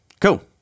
Cool